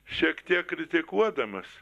šiek tiek kritikuodamas